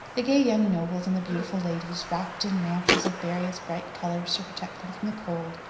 the gay young nobles and the beautiful ladies, wrapped in mantles of various bright colours to protect them from the cold,